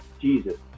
Jesus